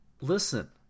listen